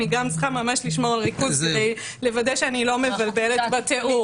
אני צריכה ממש לשמור על ריכוז כדי לוודא שאני לא מבלבלת בתיאור.